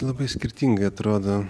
labai skirtingai atrodo